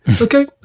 Okay